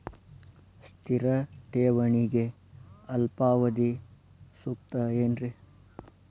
ಸ್ಥಿರ ಠೇವಣಿಗೆ ಅಲ್ಪಾವಧಿ ಸೂಕ್ತ ಏನ್ರಿ?